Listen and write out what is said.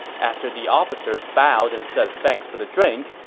after the officers bowed and said thanks for the drink,